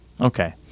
Okay